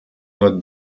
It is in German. nur